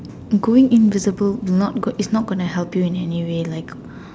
going invisible would not is not gonna help you in any way like